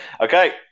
Okay